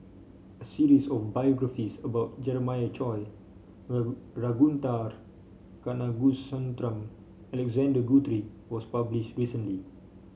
a series of biographies about Jeremiah Choy Ragunathar Kanagasuntheram Alexander Guthrie was published recently